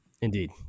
Indeed